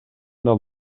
del